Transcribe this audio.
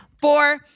Four